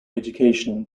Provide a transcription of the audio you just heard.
education